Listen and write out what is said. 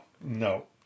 no